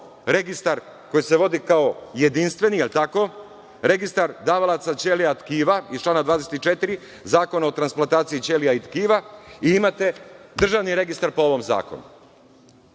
registar koji se vodi kao jedinstveni, jel tako, registar davalaca ćelija tkiva iz člana 24. Zakona o transplantaciji ćelija i tkiva i imate državni registar po ovom zakonu.